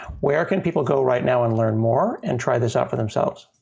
where can people go right now and learn more and try this out for themselves?